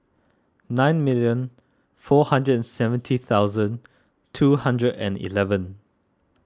nine million four hundred and seventy thousand two hundred and eleven